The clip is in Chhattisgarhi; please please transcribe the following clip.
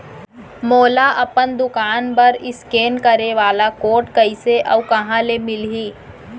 मोला अपन दुकान बर इसकेन करे वाले कोड कइसे अऊ कहाँ ले मिलही?